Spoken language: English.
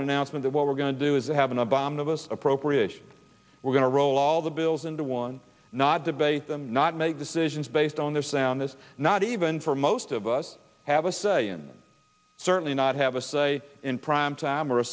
an announcement what we're going to do is have an obama of us appropriations we're going to roll all the bills into one not debate them not make decisions based on their sound is not even for most of us have a say in certainly not have a say in primetime